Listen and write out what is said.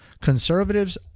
conservatives